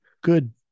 Good